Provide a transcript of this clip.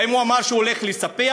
האם הוא אמר שהוא הלך לספח?